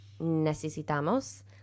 necesitamos